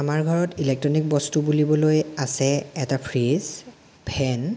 আমাৰ ঘৰত ইলেক্ট্ৰনিক বস্তু বুলিবলৈ আছে এটা ফ্ৰিজ ফেন